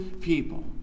people